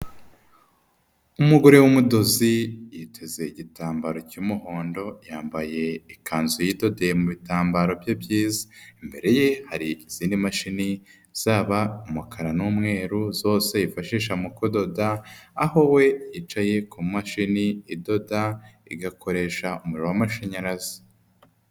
Umugore w'umudozi, yiteze igitambaro cy'umuhondo, yambaye ikanzu yidodeye mu bitambaro bye byiza. Imbere ye hari izindi mashini zaba umukara n'umweru, zose yifashisha mu kudoda, aho we yicaye kumashini idoda igakoresha umuriro w'amashanyarazi.